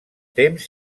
temps